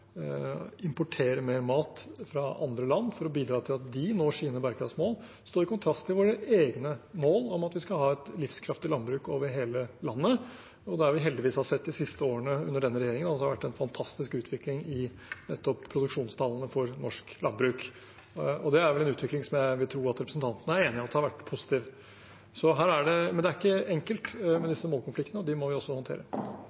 importere mer mat fra andre land for å bidra til at de når sine bærekraftsmål, stå i kontrast til våre egne mål om at vi skal ha et livskraftig landbruk over hele landet. Der har vi de siste årene, under denne regjeringen, heldigvis sett at det har vært en fantastisk utvikling i produksjonstallene for norsk landbruk. Det er en utvikling jeg vil tro at representanten er enig i har vært positiv. Men det er ikke enkelt med